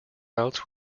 routes